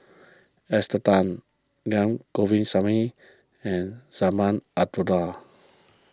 Esther Tan Naa Govindasamy and Azman Abdullah